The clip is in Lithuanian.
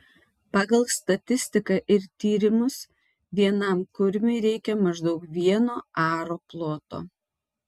pagal statistiką ir tyrimus vienam kurmiui reikia maždaug vieno aro ploto